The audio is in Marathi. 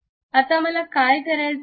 आता मला काय करायचे आहे